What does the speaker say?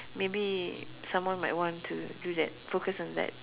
maybe someone might want to do that focus on that